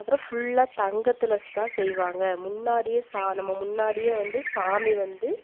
அப்புறம் ஃபுல்லா தங்கத்தில் வச்சி தான் செய்வாங்க முன்னாடியே சா நம்ம முன்னாடியே வந்து சாமி வந்து